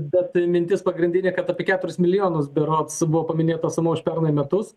bet mintis pagrindinė kad apie keturis milijonus berods buvo paminėta suma už pernai metus